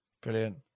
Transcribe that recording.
brilliant